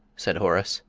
said horace.